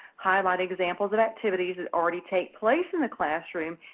highlight examples and activities that already take place in the classroom,